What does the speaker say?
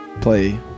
play